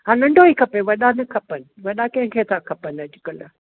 हा नंढो ई खपे वॾा न खपनि वॾा कंहिं खे था खपनि अजु कल्हि